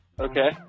Okay